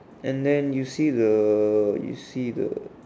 and then you see the you see the